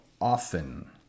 often